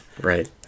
Right